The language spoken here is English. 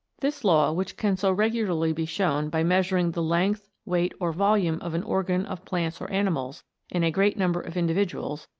this law, which can so regularly be shown by measuring the length, weight or volume of an organ of plants or animals in a great number of individuals,